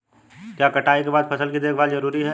क्या कटाई के बाद फसल की देखभाल जरूरी है?